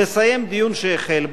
לסיים דיון שהחל בו,